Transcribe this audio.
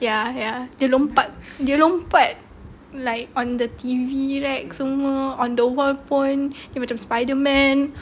ya ya dia lompat dia lompat like on the T_V rack semua on the wall pun dia macam spiderman